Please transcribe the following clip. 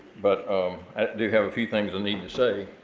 but um i do have a few things i need to say.